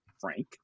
Frank